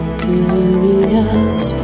curious